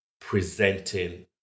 presenting